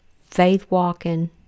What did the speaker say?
faith-walking